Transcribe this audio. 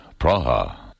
Praha